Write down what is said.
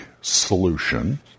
solution